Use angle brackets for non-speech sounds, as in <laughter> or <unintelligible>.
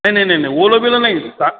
नाही नाही नाही नाही ओलंबलं नाही <unintelligible> का